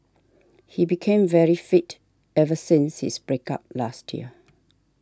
he became very fit ever since his break up last year